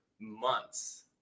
months